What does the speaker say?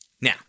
now